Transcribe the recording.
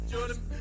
Jordan